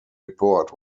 report